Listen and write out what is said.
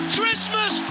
Christmas